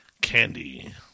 Candy